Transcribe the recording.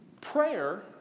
Prayer